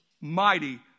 mighty